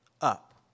up